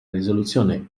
risoluzione